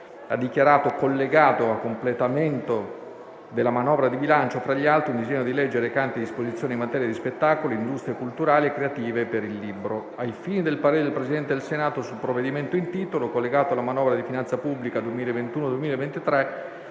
ha dichiarato collegato, a completamento della manovra di bilancio, fra gli altri, un disegno di legge recante disposizioni in materia di spettacolo, industrie culturali e creative e per il libro. Ai fini del parere al Presidente del Senato sul provvedimento in titolo, collegato alla manovra di finanza pubblica 2021-2023,